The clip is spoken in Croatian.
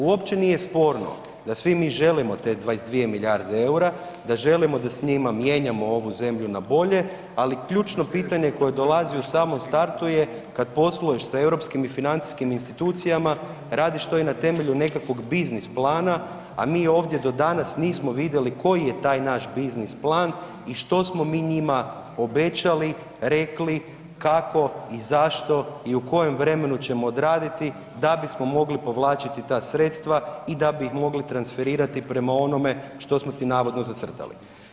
Uopće nije sporno da svi mi želimo te 22 milijarde eura, da želimo da s njima mijenjamo ovu zemlju na bolje, ali ključno pitanje koje dolazi u samom startu je, kad posluješ sa europskim i financijskim institucijama, radiš to i na temelju nekakvog biznis plana, a mi ovdje do danas nismo vidjeli koji je taj naš biznis plan i što smo mi njima obećali, rekli, kako i zašto i u kojem vremenu ćemo odraditi, da bismo mogli povlačiti ta sredstva i da bi mogli transferirati prema onome što smo si navodno zacrtali.